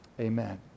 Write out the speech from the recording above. Amen